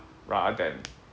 rather than